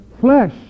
flesh